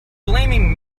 blaming